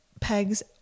pegs